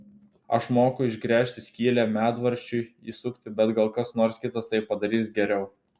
aš moku išgręžti skylę medvaržčiui įsukti bet gal kas nors kitas tai padarys geriau